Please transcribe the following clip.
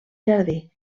jardí